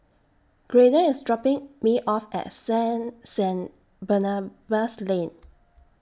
Graydon IS dropping Me off At Sane Sane Barnabas Lane